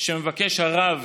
שמבקש הרב